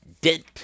dent